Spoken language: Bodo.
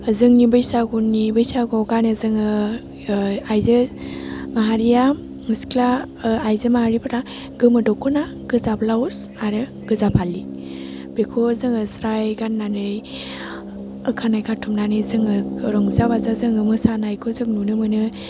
जोंनि बैसागुनि बैसागुआव गानो जोङो आइजो माहारिया सिख्ला आइजो माहारिफ्रा गोमो दख'ना गोजा ब्लाउस आरो गोजा फालि बेखौ जोङो स्राइ गान्नानै खानाय खाथुबनानै जोङो रंजा बाजा जोङो मोसानायखौ जों नुनो मोनो